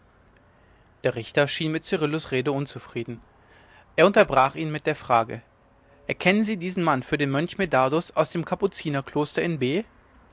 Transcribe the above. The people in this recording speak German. der richter schien mit cyrillus rede unzufrieden er unterbrach ihn mit der frage erkennen sie diesen mann für den mönch medardus aus dem kapuzinerkloster in b